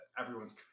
everyone's